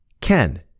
Ken